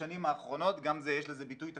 בשנים האחרונות יש לזה ביטוי תקציבי,